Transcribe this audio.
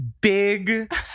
big